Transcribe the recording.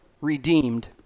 redeemed